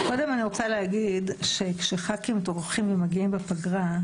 קודם אני רוצה להגיד שכשח"כים טורחים ומגיעים בפגרה,